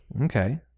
okay